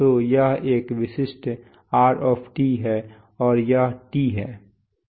तो यह एक विशिष्ट r है और यह t है